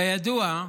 כידוע,